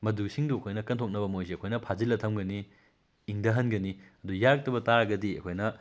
ꯃꯗꯨꯁꯤꯡꯗꯨ ꯑꯩꯈꯣꯏꯅ ꯀꯟꯊꯣꯛꯅꯕ ꯃꯣꯏꯁꯤ ꯑꯩꯈꯣꯏꯅ ꯐꯥꯖꯤꯜꯂ ꯊꯝꯒꯅꯤ ꯏꯪꯊꯍꯟꯒꯅꯤ ꯑꯗꯨ ꯌꯥꯔꯛꯇꯕ ꯇꯥꯔꯒꯗꯤ ꯑꯩꯈꯣꯏꯅ